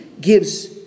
gives